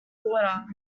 border